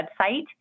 website